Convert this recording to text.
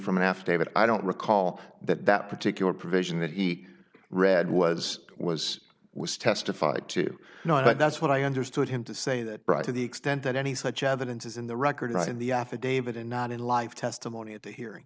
from affidavit i don't recall that that particular provision that he read was was was testified to no but that's what i understood him to say that brought to the extent that any such evidence is in the record in the affidavit and not in live testimony at the he